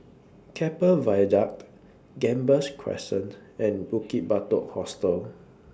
Keppel Viaduct Gambas Crescent and Bukit Batok Hostel